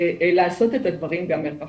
לעשות את הדברים גם מרחוק.